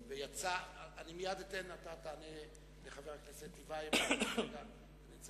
אתה מייד תענה לחבר הכנסת טיבייב, אבל אני רוצה